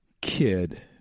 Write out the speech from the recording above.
kid